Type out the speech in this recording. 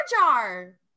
Jar